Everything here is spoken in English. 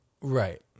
Right